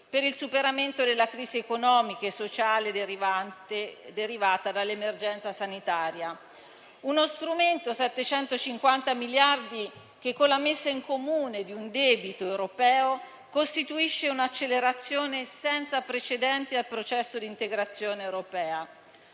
per il superamento della crisi economica e sociale derivata dall'emergenza sanitaria; tale strumento (750 miliardi), con la messa in comune di un debito europeo, costituisce un'accelerazione senza precedenti al processo di integrazione europea.